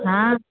ହାଁ